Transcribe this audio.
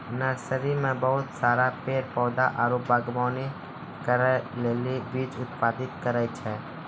nursery मे बहुत सारा पेड़ पौधा आरु वागवानी करै ले बीज उत्पादित करै छै